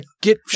get